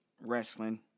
wrestling